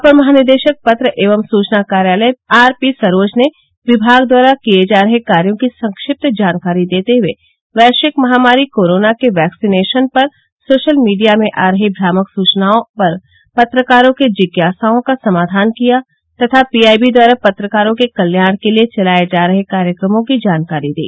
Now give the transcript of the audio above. अपर महानिदेशक पत्र एवं सूचना कार्यालय आरपी सरोज ने विभाग द्वारा किये जा रहे कार्यों की संक्षिप्त जानकारी देते हुये वैश्विक महामारी कोरोना के वैक्सीनेशन पर सोशल मीडिया में आ रही भ्रामक सूचनाओं पर पत्रकारों के जिज्ञासाओं का समाधान किया तथा पीआईबी द्वारा पत्रकारों के कल्याण के लिये चलाये जा रहे कार्यक्रमों की जानकारी दी